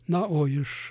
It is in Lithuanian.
na o iš